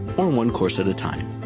or one course at a time.